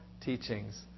teachings